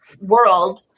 world